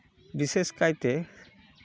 ᱵᱤᱥᱮᱥ ᱠᱟᱭᱛᱮ